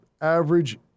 average